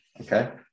okay